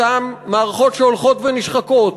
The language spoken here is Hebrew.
אותן מערכות שהולכות ונשחקות,